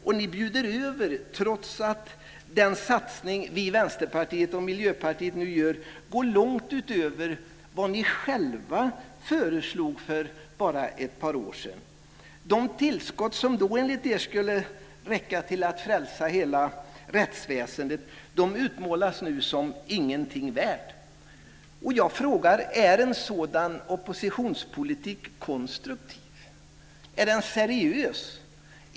Och ni bjuder över, trots att den satsning som vi, Vänsterpartiet och Miljöpartiet nu gör går långt utöver vad ni själva föreslog för ett par år sedan. De tillskott som då enligt er skulle räcka till att frälsa hela rättsväsendet utmålas nu som ingenting värt. Jag frågar: Är en sådan oppositionspolitik konstruktiv? Är den seriös?